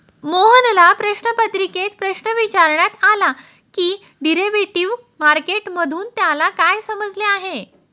मोहनला प्रश्नपत्रिकेत प्रश्न विचारण्यात आला की डेरिव्हेटिव्ह मार्केट मधून त्याला काय समजले आहे?